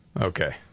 okay